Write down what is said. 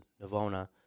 Navona